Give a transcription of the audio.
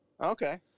Okay